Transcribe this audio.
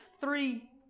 three